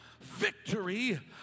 victory